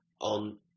on